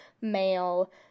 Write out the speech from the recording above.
male